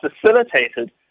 facilitated